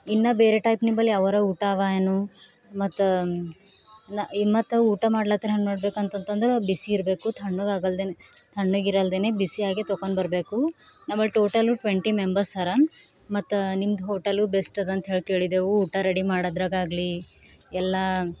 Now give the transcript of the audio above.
ಇನ್ನು ಬೇರೆ ಟೈಪ್ ನಿಮ್ಮಲ್ಲಿ ಯಾವಾರ ಊಟ ಅವ ಏನು ಮತ್ತು ಮತ್ತು ಊಟ ಮಾಡ್ಲತರ ಏನು ಮಾಡ್ಬೇಕಂತಂತಂದ್ರೆ ಬಿಸಿ ಇರಬೇಕು ತಣ್ಣಗೆ ಆಗಲ್ದೆ ತಣ್ಣಗೆ ಇರಲ್ದೆ ಬಿಸಿ ಆಗಿ ತೊಕೊಂಡ್ ಬರಬೇಕು ನಂಬಲ್ಲಿ ಟೋಟಲ್ ಟ್ವೆಂಟಿ ಮೆಂಬರ್ಸ್ ಅರ ಮತ್ತು ನಿಮ್ದು ಹೋಟಲು ಬೆಸ್ಟ್ ಅದ ಅಂತ ಹೇಳಿ ಕೇಳಿದೆವು ಊಟ ರೆಡಿ ಮಾಡೋದ್ರಾಗ ಆಗಲಿ ಎಲ್ಲ